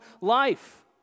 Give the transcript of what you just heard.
life